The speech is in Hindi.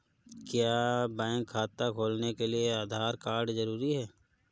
क्या बैंक खाता खोलने के लिए आधार कार्ड जरूरी है?